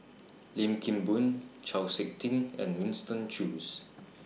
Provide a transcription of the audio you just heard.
Lim Kim Boon Chau Sik Ting and Winston Choos